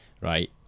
right